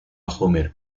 homer